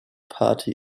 party